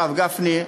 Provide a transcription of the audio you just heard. הרב גפני,